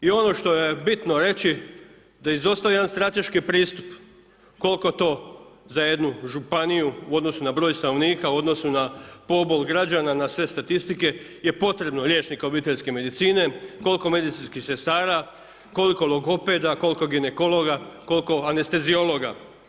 I ono što je bitno reći da je izostao jedan strateški pristup, koliko to za jednu županiju u odnosu na broj stanovnika, u odnosu na pobol građana, na sve statistike, je potrebno liječnika obiteljske medicine, koliko medicinskih sestara, koliko logopeda, koliko ginekologa, koliko anesteziologa.